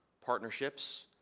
partnerships,